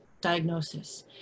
diagnosis